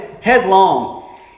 headlong